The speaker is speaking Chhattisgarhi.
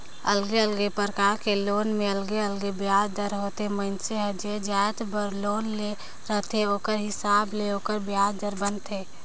अलगे अलगे परकार के लोन में अलगे अलगे बियाज दर ह होथे, मइनसे हर जे जाएत बर लोन ले रहथे ओखर हिसाब ले ओखर बियाज दर बनथे